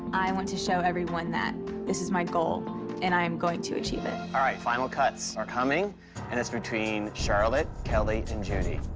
i want to show everyone that this is my goal and i'm going to achieve it. all right, final cuts are coming and it's between charlotte, kelli and judy.